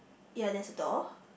ya there's a door